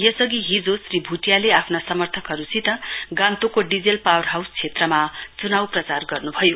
यसअघि हिजो श्री भुटियाले आफ्ना समर्थकहरुसित गान्तोकको डिजेल पावर हाउस क्षेत्रमा चुनाउ प्रचार गर्नुभयो